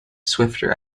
swifter